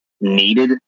needed